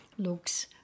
looks